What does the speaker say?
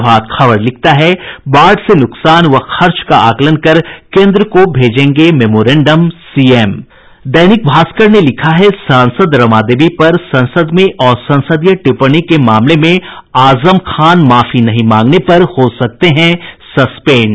प्रभात खबर लिखता है बाढ़ से नुकसान व खर्च का आकलन कर केंद्र को भेजेंगे मोमोरेंडम सीएम दैनिक भास्कर ने लिखा है सांसद रमा देवी पर संसद में असंसदीय टिप्पणी के मामले में आजम खान माफी नहीं मांगने पर हो सकते हैं सस्पेंड